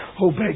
Obey